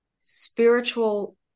spiritual